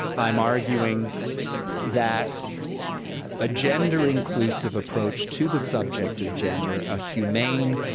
i'm arguing that a gender-inclusive approach to the subject of gender, a humane,